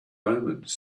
omens